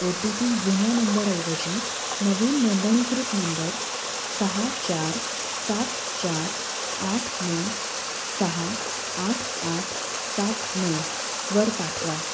ओ T P जुन्या नंबरऐवजी नवीन नोंदणीकृत नंबर सहा चार सात चार आठ नऊ सहा आठ आठ सात नऊ वर पाठवा